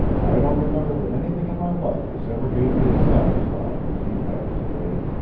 i don't remember that anything in my life has ever made me as satisfied as you have to-day.